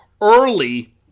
early